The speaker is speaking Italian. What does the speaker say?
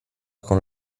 con